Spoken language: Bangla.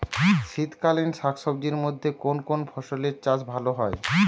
শীতকালীন শাকসবজির মধ্যে কোন কোন ফসলের চাষ ভালো হয়?